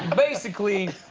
basically,